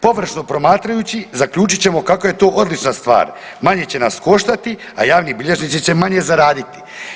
Površno promatrajući zaključit ćemo kako je to odlična stvar, manje će nas koštati, a javni bilježnici će manje zaraditi.